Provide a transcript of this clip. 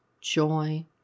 joy